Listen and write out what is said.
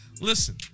Listen